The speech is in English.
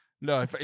No